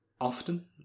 often